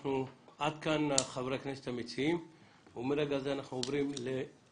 עד כאן חברי כנסת המציעים ומרגע זה נעבור לסירוגין,